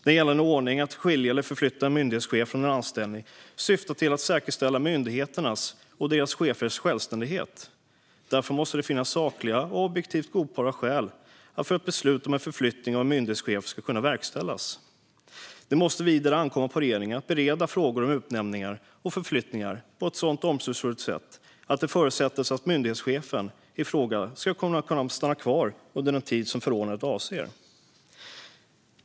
Den gällande ordningen för att skilja eller förflytta en myndighetschef från en anställning syftar till att säkerställa myndigheternas och deras chefers självständighet. Därför måste det finnas sakliga och objektivt godtagbara skäl för att ett beslut om förflyttning av en myndighetschef ska kunna verkställas. Det måste vidare ankomma på regeringen att bereda frågor om utnämningar och förflyttningar på ett sådant omsorgsfullt sätt att det kan förutsättas att myndighetschefen i fråga ska komma att stanna kvar under den tid förordnandet avser.